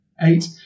Eight